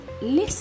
Listen